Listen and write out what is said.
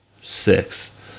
six